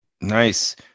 Nice